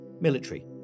military